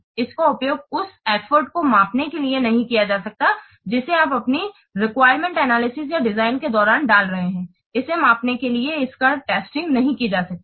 इसका उपयोग उस एफर्ट को मापने के लिए नहीं किया जा सकता है जिसे आप अपनी रेक्विरेमेंट एनालिसिस या डिजाइन के दौरान डाल रहे हैं इसे मापने के लिए इसका टेस्टिंग नहीं कि जा सकती है